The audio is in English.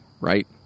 Right